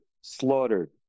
slaughtered